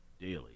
daily